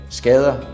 skader